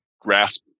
grasp